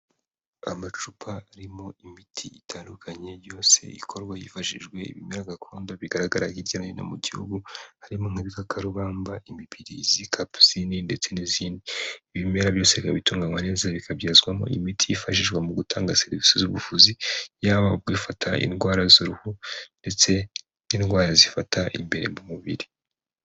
Amacupa arimo imiti itandukanye yose ikorwa hifashishijwe ibimera gakondo bigaragara hirya no hino mu Gihugu, harimo nk'ibikakarubamba, imibirizi, kapusine ndetse n'izindi. Ibimera byose bikaba bitunganywa neza bikabyazwamo imiti yifashishwa mu gutanga serivisi z'ubuvuzi, yaba ku ifata indwara z'uruhu ndetse n'indwara zifata imbere mu mubiri.